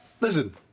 listen